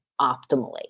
optimally